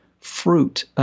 fruit